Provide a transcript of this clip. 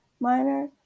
minor